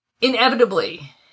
inevitably